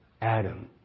Adam